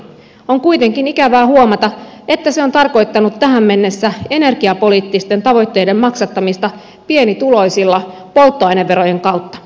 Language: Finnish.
on kuitenkin ikävää huomata että se on tarkoittanut tähän mennessä energiapoliittisten tavoitteiden maksattamista pienituloisilla polttoaineverojen kautta